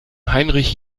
heinrich